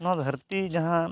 ᱱᱚᱣᱟ ᱫᱷᱟᱹᱨᱛᱤ ᱡᱟᱦᱟᱸ